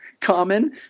common